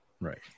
Right